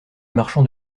marchand